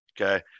Okay